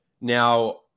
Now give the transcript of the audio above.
Now